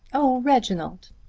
oh, reginald!